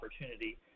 opportunity